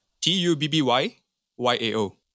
T-U-B-B-Y-Y-A-O